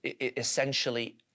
essentially